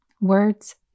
Words